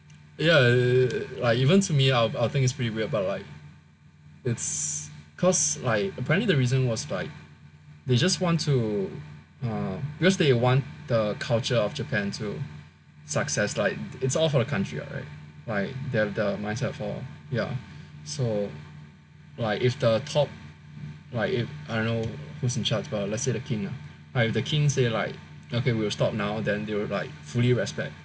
ya like even to me I would I think it's pretty weird but like it's cause like apparently the reason was like they just want to uh because they want the culture of Japan to success like it's all for the country [what] right like they have the mindset for ya so like if the top like if I don't know who's in charge but let's say the king ah like if the king say right ok we will stop now then they will like fully respect